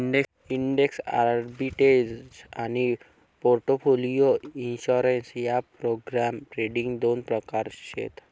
index arbitrage आनी portfolio insurance ह्या program trading दोन प्रकार शेत